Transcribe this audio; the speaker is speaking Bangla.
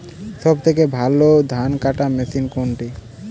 সবথেকে ভালো ধানকাটা মেশিন কোনটি?